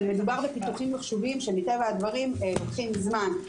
אבל מדובר בפיתוחים מיחשוביים שמטבע הדברים לוקחים זמן,